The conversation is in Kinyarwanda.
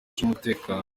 z’umutekano